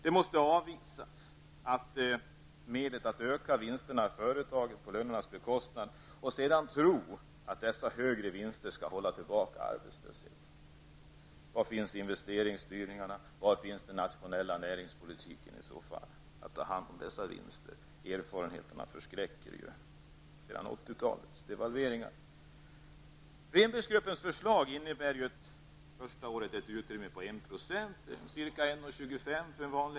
Man måste avvisa medlet att öka vinsterna i företagen, på lönernas bekostnad, och sedan tro att dessa högre vinster skall hålla tillbaka arbetslösheten. Var finns investeringsstyrningarna, var finns den nationella näringspolitiken i så fall när det gäller att ta hand om dessa vinster? Erfarenheterna av 80-talets devalveringar förskräcker ju.